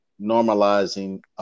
normalizing